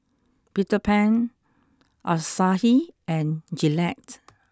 Peter Pan Asahi and Gillette